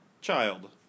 child